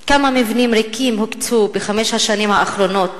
2. כמה מבנים ריקים הוקצו בחמש השנים האחרונות